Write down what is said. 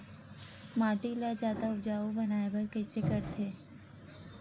माटी ला जादा उपजाऊ बनाय बर कइसे करथे?